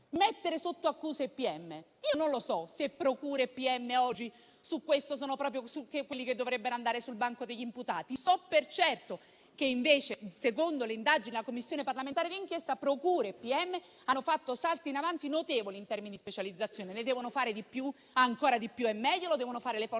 mettere sotto accusa i pubblici ministeri. Io non so se le procure e i pubblici ministeri sono proprio quelli che oggi dovrebbero andare sul banco degli imputati. So per certo che, invece, secondo le indagini della Commissione parlamentare d'inchiesta, procure e pubblici ministeri hanno fatto salti in avanti notevoli in termini di specializzazione. Ne devono fare ancora di più, come li devono fare le Forze